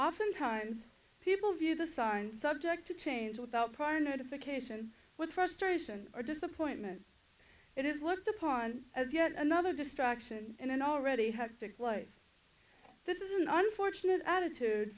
often times people view the signs subject to change without prior notification what frustrates and or disappointment it is looked upon as yet another distraction in an already had six life this is an unfortunate attitude